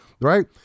right